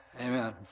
Amen